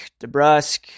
DeBrusque